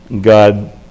God